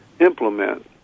implement